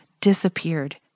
disappeared